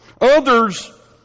Others